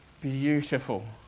beautiful